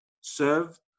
Serve